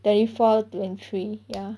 twenty four twenty three ya